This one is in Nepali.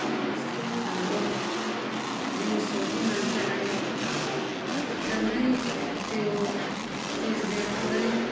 यस्तोखालको जिनिस हो कि मान्छेलाई एकदमै त्यो चिजले पुरै